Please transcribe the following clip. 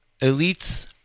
elites